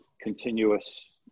continuous